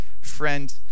friend